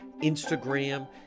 instagram